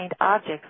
objects